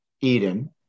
Eden